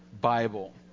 Bible